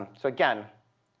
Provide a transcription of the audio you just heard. so again,